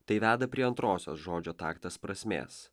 tai veda prie antrosios žodžio taktas prasmės